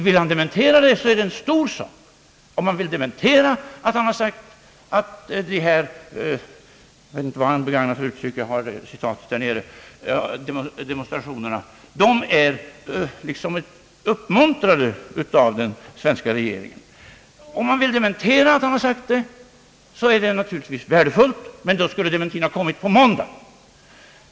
Jag kommer inte ihåg vad herr Holmberg begagnade för uttryck om de här demonstrationerna, men innebörden i herr Holmbergs uttalande var att demonstrationerna skulle vara uppmuntrade av den svenska regeringen. Vill herr Holmberg dementera att han har sagt detta är det naturligtvis värdefullt i och för sig, men dementin skulle ha kommit på måndagen.